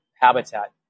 habitat